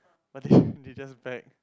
but they they just beg